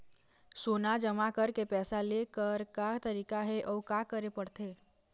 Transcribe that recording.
सोना जमा करके पैसा लेकर का तरीका हे अउ का करे पड़थे?